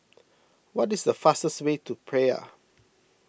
what is the fastest way to Praia